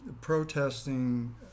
protesting